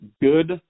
good